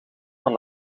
van